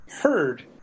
heard